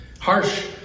Harsh